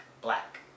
black